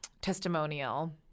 testimonial